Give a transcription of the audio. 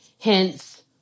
hence